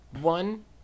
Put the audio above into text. one